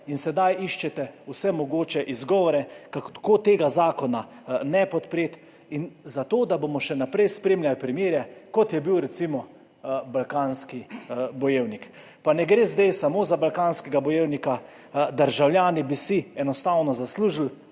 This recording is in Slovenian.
in sedaj iščete vse mogoče izgovore, kako tega zakona ne podpreti in za to, da bomo še naprej spremljali primere, kot je bil recimo Balkanski bojevnik. Pa ne gre zdaj samo za Balkanskega bojevnika, državljani bi si enostavno zaslužili